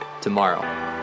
tomorrow